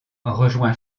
rejoint